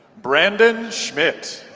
brandon schmidt.